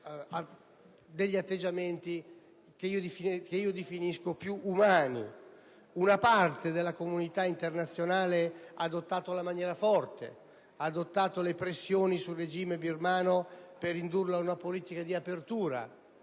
verso atteggiamenti che io definisco più umani. Una parte della comunità internazionale ha adottato maniere forti, attuando pressioni sul regime birmano per indurlo ad un politica di apertura,